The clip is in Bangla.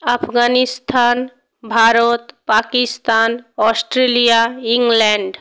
Afghanistan Bharat Pakistan Australia England